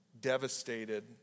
devastated